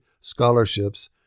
scholarships